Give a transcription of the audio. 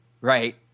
right